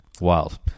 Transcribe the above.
Wild